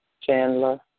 Chandler